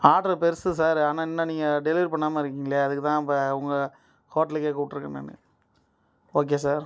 order பெருசு sir ஆனால் இன்னும் நீங்கள் டெலிவரி பண்ணாமல் இருக்கீங்களே அதுக்கு தான் இப்போ உங்களை ஹோட்டலுக்கே கூப்பிடுருக்கேன் நானு ஓகே சார்